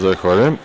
Zahvaljujem.